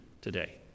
today